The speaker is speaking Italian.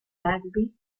rugby